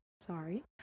sorry